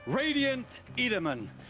radiant. itamen!